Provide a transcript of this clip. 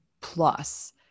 plus